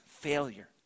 failure